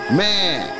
man